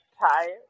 tired